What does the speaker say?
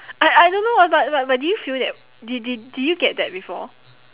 I I don't know ah but but but did you feel that did did did you get that before